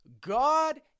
God